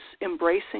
embracing